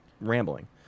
rambling